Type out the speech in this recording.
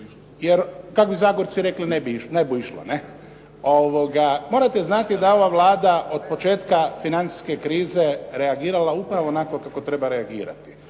jer kako bi Zagorci rekli: "Ne bu išlo.". Morate znati da je ova Vlada od početka financijske krize reagirala upravo onako kako treba reagirati.